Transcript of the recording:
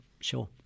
sure